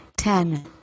Ten